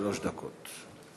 שלוש דקות.